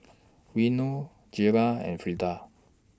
Reno Jayla and Frieda